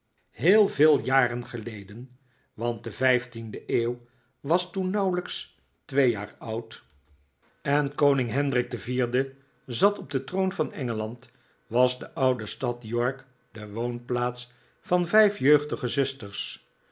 heel veel jaren geleden want de vijftiende eeuw was toen nauwelijks twee jaar ti fotwipspj lv een sch aduw valt over vroolijkheid oud en koning hendrik de vierde zat op den troon van engeland was de oude stad york de woonplaats van vijf jeugdige zusters